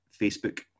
facebook